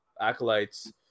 acolytes